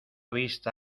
vista